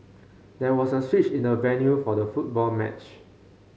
there was a switch in the venue for the football match